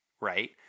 right